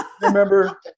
remember